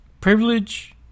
privilege